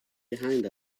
behind